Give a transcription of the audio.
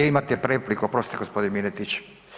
Imate repliku, oprostite gospodin Miletić.